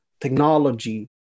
technology